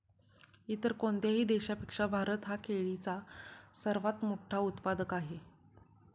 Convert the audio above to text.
इतर कोणत्याही देशापेक्षा भारत हा केळीचा सर्वात मोठा उत्पादक आहे